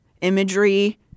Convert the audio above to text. imagery